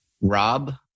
Rob